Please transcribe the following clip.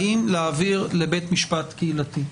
האם להעביר לבית משפט קהילתי.